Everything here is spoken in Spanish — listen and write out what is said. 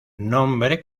nombre